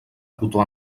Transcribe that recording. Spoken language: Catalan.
cotó